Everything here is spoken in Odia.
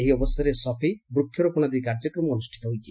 ଏହି ଅବସରରେ ସଫେଇ ବୃକ୍ଷରୋପଣ ଆଦି କାର୍ଯ୍ୟକ୍ରମ ଅନୁଷ୍ଠିତ ହୋଇଛି